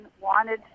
wanted